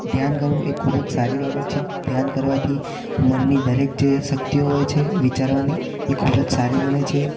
ધ્યાન કરવું એ ખૂબ જ સારી બાબત છે ધ્યાન કરવાથી મનની દરેક જે શક્તિઓ હોય છે વિચારવાની એ ખૂબ જ સારી બને છે